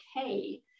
okay